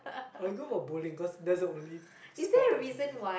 I would go for bowling cause that's the only sport I can play